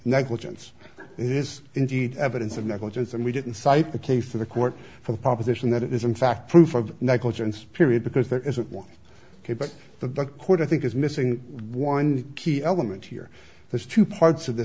negligence it is indeed evidence of negligence and we didn't cite the case to the court for the proposition that it is in fact proof of negligence period because there isn't one ok but the but court i think is missing one key element here there's two parts of th